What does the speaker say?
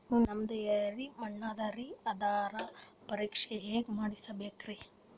ನಮ್ದು ಎರಿ ಮಣ್ಣದರಿ, ಅದರದು ಪರೀಕ್ಷಾ ಹ್ಯಾಂಗ್ ಮಾಡಿಸ್ಬೇಕ್ರಿ?